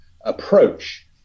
approach